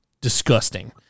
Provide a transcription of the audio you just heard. Disgusting